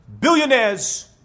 billionaires